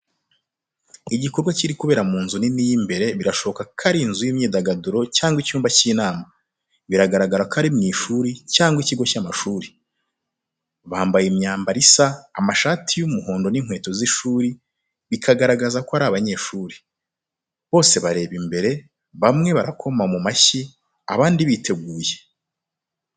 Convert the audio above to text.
Igikorwa kiri kubera mu nzu nini y’imbere birashoboka ko ari inzu y’imyidagaduro cyangwa icyumba cy’inama, bigaragara ko ari mu ishuri cyangwa ikigo cy’amashuri. Bambaye imyambaro isa amashati y’umuhondo n’inkweto z’ishuri, bikagaragaza ko ari abanyeshuri. Bose bareba imbere bamwe barakoma mu mashyi, abandi biteguye.